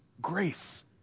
grace